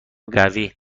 قوی